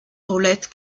roulette